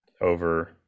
over